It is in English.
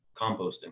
composting